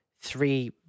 three